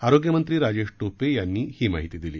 आरोग्यमंत्री राजेश टोपे यांनी ही माहिती दिली